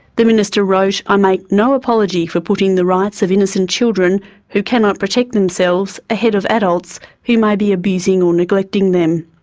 the minister wrote, i make no apology for putting the rights of innocent children who cannot protect themselves, ahead of adults who may be abusing or neglecting them.